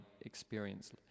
experience